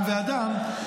עם ואדם",